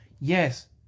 Yes